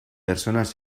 personas